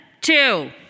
two